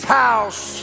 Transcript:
house